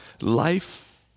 life